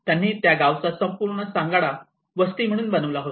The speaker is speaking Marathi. त्यांनी त्या गावचा संपूर्ण सांगाडा वस्ती म्हणून बनविला होता